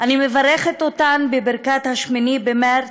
אני מברכת אותן בברכת ה-8 במרס,